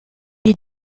est